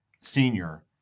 senior